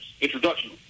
introduction